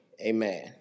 amen